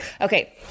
okay